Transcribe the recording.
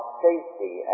safety